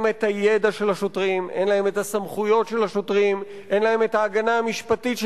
של השירותים החברתיים בשנים האחרונות,